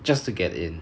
just to get in